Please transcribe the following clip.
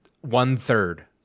one-third